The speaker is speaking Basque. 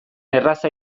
erraza